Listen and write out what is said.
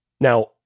Now